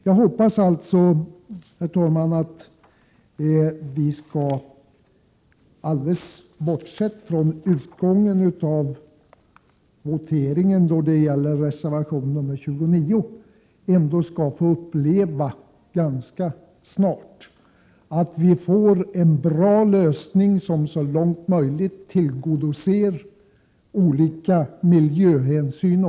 Jag hoppas alltså, herr talman, att vi alldeles bortsett från utgången av voteringen beträffande reservation 29 ändå ganska snart skall få uppleva att det blir en bra lösning när det gäller de nya fjärrtågsspåren, som så långt möjligt tillgodoser olika miljöhänsyn.